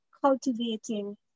cultivating